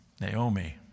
Naomi